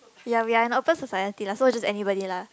ya we are in open society lah so it's just anybody lah